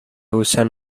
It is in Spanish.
usan